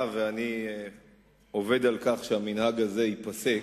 ואני עובד על כך שהמנהג הזה ייפסק.